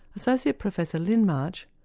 associate professor lyn march,